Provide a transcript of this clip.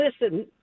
listen